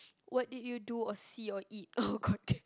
what did you do or see or eat oh god damn